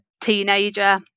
teenager